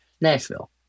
Nashville